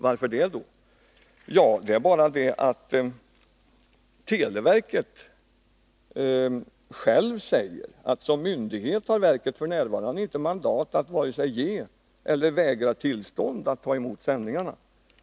Varför anser vi det? Ja, det beror bl.a. på att man inom televerket säger att verket som myndighet f. n. inte har mandat att vare sig ge eller vägra tillstånd att ta emot sändningarna.